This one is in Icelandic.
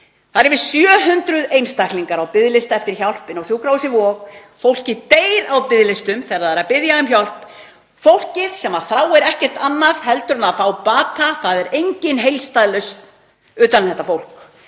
Það eru yfir 700 einstaklingar á biðlista eftir hjálpinni á sjúkrahúsinu Vogi. Fólkið deyr á biðlistum þegar það er að biðja um hjálp, fólk sem þráir ekkert annað en að fá bata. Það er engin heildstæð lausn utan um þetta fólk